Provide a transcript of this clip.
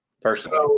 personally